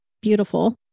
beautiful